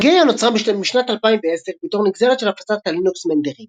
Mageia נוצרה משנת 2010 בתור נגזרת של הפצת הלינוקס מנדריבה,